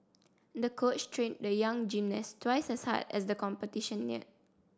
the coach trained the young gymnast twice as hard as the competition neared